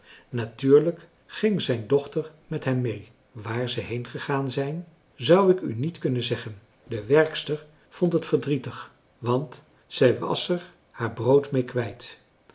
natuurlijk ging zijn dochter met hem mee waar ze heengegaan zijn zou ik u niet kunnen zeggen de werkster vond het verdrietig want zij was er haar brood mee kwijt